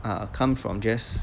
ah comes from just err